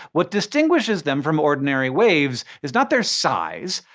what distinguishes them from ordinary waves is not their size,